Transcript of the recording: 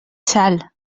salt